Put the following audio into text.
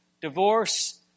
divorce